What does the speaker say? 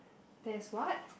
there's what